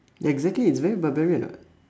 exactly it's very barbarian [what]